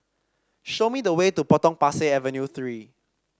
show me the way to Potong Pasir Avenue Three